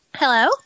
Hello